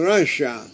Russia